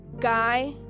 guy